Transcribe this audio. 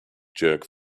jerk